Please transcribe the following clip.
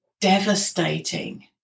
devastating